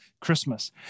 Christmas